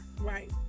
right